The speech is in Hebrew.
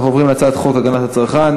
אנחנו עוברים להצעת חוק הגנת הצרכן